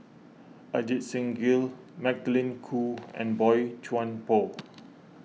Ajit Singh Gill Magdalene Khoo and Boey Chuan Poh